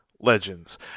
Legends